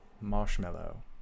Marshmallow